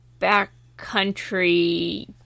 backcountry